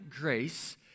grace